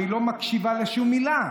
והיא לא מקשיבה לשום מילה.